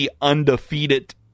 undefeated